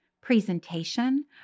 presentation